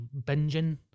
binging